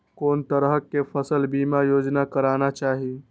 कोन तरह के फसल बीमा योजना कराना चाही?